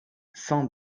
cent